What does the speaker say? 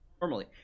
normally